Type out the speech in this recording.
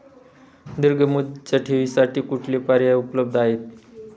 दीर्घ मुदतीच्या ठेवींसाठी कुठले पर्याय उपलब्ध आहेत?